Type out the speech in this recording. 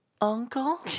Uncle